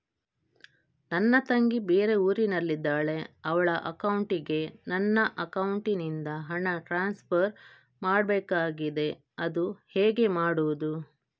ನನ್ನ ತಂಗಿ ಬೇರೆ ಊರಿನಲ್ಲಿದಾಳೆ, ಅವಳ ಅಕೌಂಟಿಗೆ ನನ್ನ ಅಕೌಂಟಿನಿಂದ ಹಣ ಟ್ರಾನ್ಸ್ಫರ್ ಮಾಡ್ಬೇಕಾಗಿದೆ, ಅದು ಹೇಗೆ ಮಾಡುವುದು?